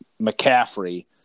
McCaffrey